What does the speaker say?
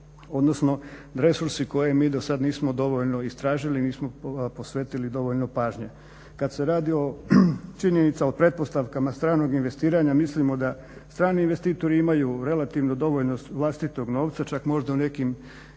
odnosno resursi koje mi do sad nismo dovoljno istražili, nismo posvetili dovoljno pažnje. Kad se radi o činjenica o pretpostavkama stranog investiranja mislimo da strani investitori imaju relativno dovoljno vlastitog novca, čak možda u nekim segmentima